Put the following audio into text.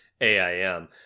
AIM